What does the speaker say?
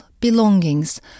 belongings